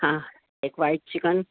ہاں ایک white chicken